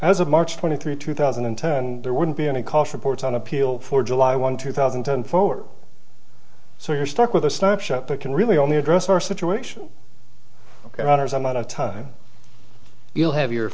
of march twenty third two thousand and ten there wouldn't be any cost reports on appeal for july one two thousand and four so you're stuck with a snapshot but can really only address our situation ok runners i'm out of time we'll have your